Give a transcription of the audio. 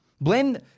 Blame